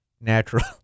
natural